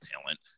talent